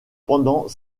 pendant